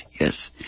yes